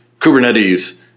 Kubernetes